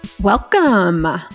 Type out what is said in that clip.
Welcome